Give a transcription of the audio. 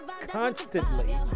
constantly